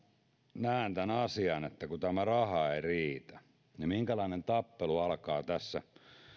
näen tämän asian että kun raha ei riitä niin minkälainen tappelu alkaa tässä